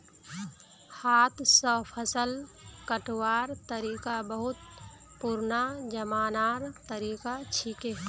हाथ स फसल कटवार तरिका बहुत पुरना जमानार तरीका छिके